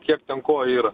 kiek ten ko yra